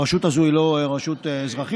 הרשות הזאת היא לא רשות אזרחית,